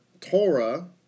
Torah